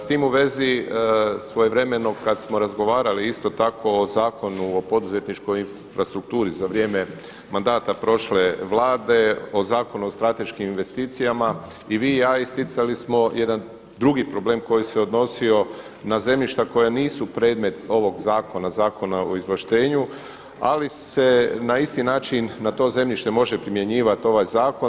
S tim u vezi svojevremeno kada smo razgovarali isto tako o Zakonu o poduzetničkoj infrastrukturi za vrijeme mandata prošle vlada o Zakonu o strateškim investicijama i vi i ja isticali smo jedan drugi problem koji se odnosio na zemljišta koja nisu predmet ovog zakona, Zakona o izvlaštenju, ali se na isti način na to zemljište može primjenjivati ovaj zakon.